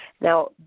Now